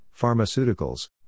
pharmaceuticals